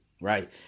Right